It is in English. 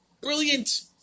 Brilliant